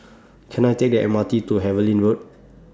Can I Take The M R T to Harlyn Road